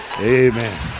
Amen